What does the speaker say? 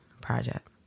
project